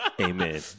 Amen